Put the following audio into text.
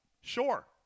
Sure